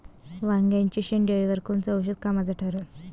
वांग्याच्या शेंडेअळीवर कोनचं औषध कामाचं ठरन?